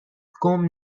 گـم